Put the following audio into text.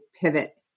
pivot